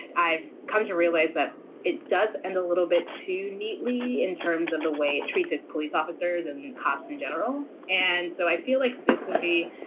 i've come to realize that it does add and a little bit to neatly in terms of the way it treats its police officers and cops in general. and so i feel like this movie,